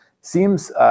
seems